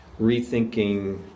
rethinking